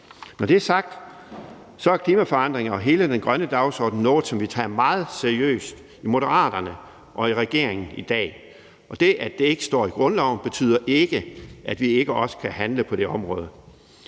Når det er sagt, er klimaforandringer og hele den grønne dagsorden noget, som vi tager meget seriøst i Moderaterne og i regeringen i dag, og det, at det ikke står i grundloven, betyder ikke, at vi ikke også kan handle på det område.